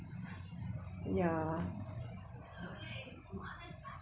ya